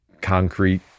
concrete